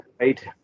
right